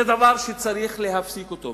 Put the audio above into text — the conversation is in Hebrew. זה דבר שצריך להפסיק אותו.